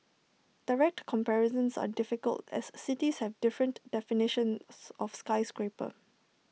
direct comparisons are difficult as cities have different definitions of skyscraper